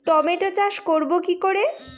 Tomato চাষ করব কি করে?